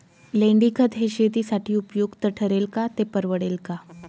लेंडीखत हे शेतीसाठी उपयुक्त ठरेल का, ते परवडेल का?